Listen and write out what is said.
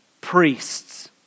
priests